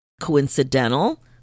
coincidental